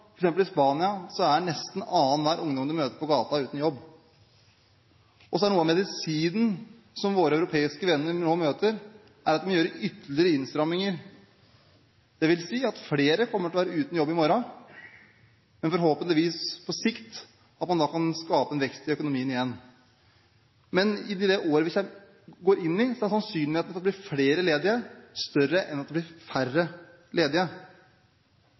i Spania, er nesten annenhver ungdom man møter på gata, uten jobb. Noe av medisinen som våre europeiske venner nå møter, er at man gjør ytterligere innstramminger, dvs. at flere kommer til å være uten jobb i morgen, men at man forhåpentligvis på sikt kan skape en vekst i økonomien igjen. Men i det året vi går inn i, er sannsynligheten for at det blir flere ledige, større enn at det blir færre ledige.